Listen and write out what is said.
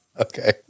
Okay